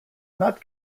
not